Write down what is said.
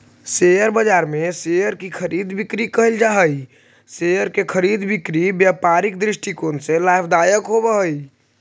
share बाजार में share की खरीद बिक्री कैल जा हइ शेयर के खरीद बिक्री व्यापारिक दृष्टिकोण से लाभदायक होवऽ हइ